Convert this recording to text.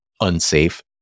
unsafe